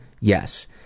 Yes